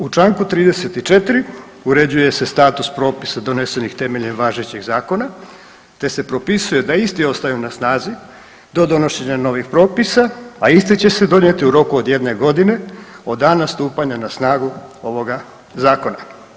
U čl. 34. uređuje se status propisa donesenih temeljem važećih zakona te se propisuje da isti ostaju na snazi do donošenja novih propisa a isti će se donijeti u roku od 1 godine od dana stupanja na snagu ovog zakona.